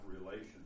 relations